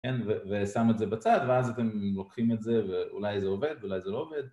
ושם את זה בצד ואז אתם לוקחים את זה ואולי זה עובד ואולי זה לא עובד